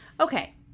Okay